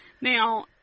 Now